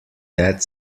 that